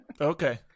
Okay